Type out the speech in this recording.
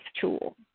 tool